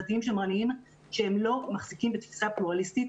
דתיים שמרניים שהם לא מחזיקים בתפיסה פלורליסטית,